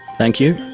thank you.